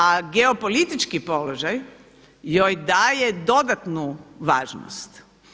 A geopolitički položaj joj daje dodatnu važnost.